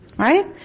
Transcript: Right